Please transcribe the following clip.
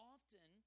Often